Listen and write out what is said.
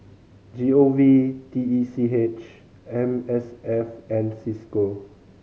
G O V T E C H M S F and Cisco